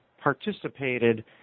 participated